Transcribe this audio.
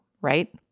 right